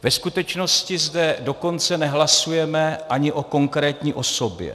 Ve skutečnosti zde dokonce nehlasujeme ani o konkrétní osobě.